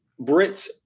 Brits